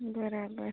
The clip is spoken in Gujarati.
બરાબર